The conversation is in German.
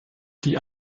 die